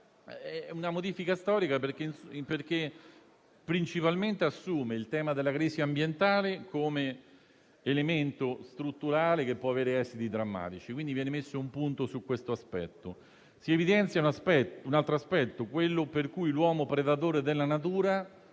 di una modifica storica, perché principalmente assume il tema della crisi ambientale come elemento strutturale, che può avere esiti drammatici e quindi viene messo un punto su questo aspetto. Si evidenzia come l'uomo, predatore della natura,